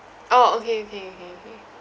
orh okay okay okay okay